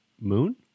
Moon